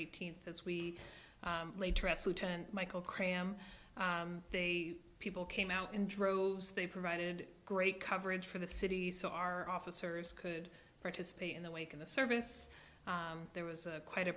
eighteenth as we michael cram day people came out in droves they provided great coverage for the city so our officers could participate in the wake of the service there was quite a